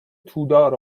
تودار